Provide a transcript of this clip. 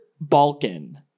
Balkan